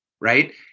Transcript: right